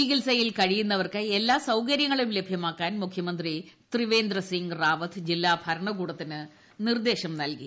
ചികിത്സയിൽ കഴിയുന്നവർക്ക് എല്ലാ സൌകര്യങ്ങളും ലഭ്യമാക്കാൻ മുഖ്യമന്ത്രി ത്രിവേന്ദ്രസിംഗ് റാവത്ത് ജില്ലാ ഭരണകൂടത്തിന് നിർദ്ദേശം നൽകി